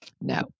No